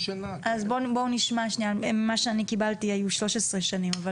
בואו נשמע שניה, ממה שאני קיבלתי היו 13 שנים.